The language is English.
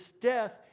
death